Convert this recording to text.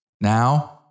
Now